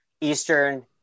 Eastern